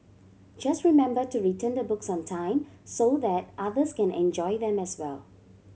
just remember to return the books on time so that others can enjoy them as well